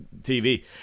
TV